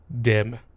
dim